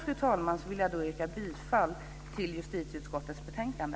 Med detta vill jag yrka bifall till förslagen i justitieutskottets betänkande.